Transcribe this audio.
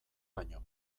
baino